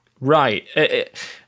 right